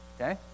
Okay